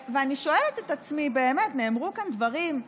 ואני שואלת את עצמי, באמת, נאמרו כאן דברים,